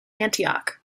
antioch